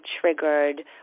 triggered